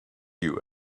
you